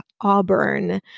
auburn